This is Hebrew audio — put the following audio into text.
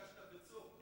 כשאתה בצום,